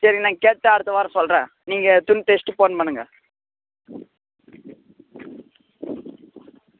சரி நான் கேட்டு அடுத்த வாரம் சொல்கிறேன் நீங்கள் துணி தெச்சுட்டு ஃபோன் பண்ணுங்கள்